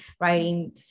writing